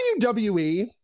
WWE